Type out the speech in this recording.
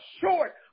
short